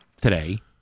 today